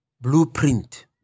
blueprint